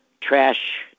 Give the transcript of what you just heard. trash